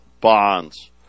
bonds